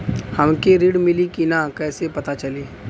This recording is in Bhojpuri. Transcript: हमके ऋण मिली कि ना कैसे पता चली?